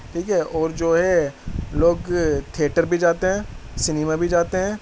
ٹھیک ہے اور جو ہے لوگ تھیٹر بھی جاتے ہیں سنیما بھی جاتے ہیں